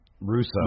Russo